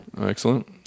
Excellent